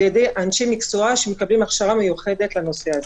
ידי אנשי מקצוע שמקבלים הכשרה מיוחדת לנושא הזה.